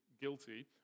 guilty